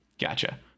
gotcha